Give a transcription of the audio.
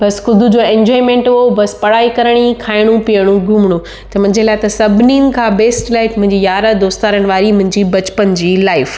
बसि ख़ुदि जो इंजॉएमेंट हो बसि पढ़ाई करिणी खाइणु पीअणु घुमिणो त मुंहिंजे लाइ त सभिनी खां बेस्ट लाइफ मुंहिंजी यारु दोस्तारनि वारी मुंहिंजी बचपन जी लाइफ